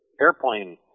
airplane